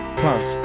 plus